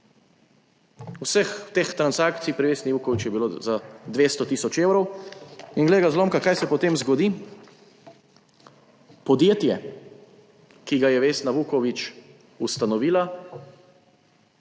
Vseh teh transakcij pri Vesni Vuković je bilo za 200 tisoč evrov. In glej ga zlomka, kaj se potem zgodi. Podjetje, ki ga je Vesna Vuković ustanovila